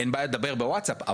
אין בעיה לדבר בווטסאפ.